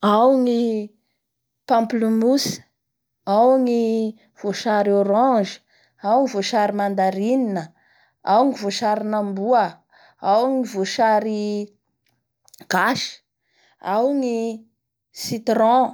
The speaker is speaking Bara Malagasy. Ao ny pamplemousse, ao ny voasary orange, ao ny voasary mandarine, ao ny voasarin'amboa, ao ny voasary gasy, ao ny citron.